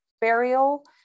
burial